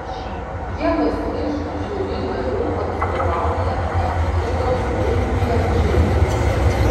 vienas iš žiuri narių atstovauja astridos lindgren šeimą